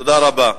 תודה רבה.